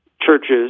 churches